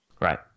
Right